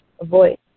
Avoid